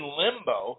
limbo